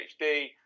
PhD